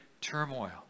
turmoil